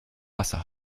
wasser